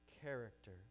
character